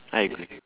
I agree